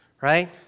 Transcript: right